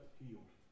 healed